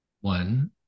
one